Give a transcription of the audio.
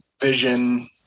vision